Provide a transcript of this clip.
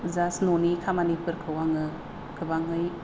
just न'नि खामानिफोरखौ आङो गोबाङै